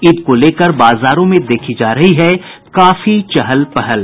ईद को लेकर बाजारों में देखी जा रही है काफी चहल पहल